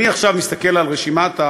אני עכשיו מסתכל על רשימת,